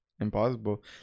impossible